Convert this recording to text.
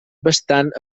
bastant